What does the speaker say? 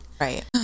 right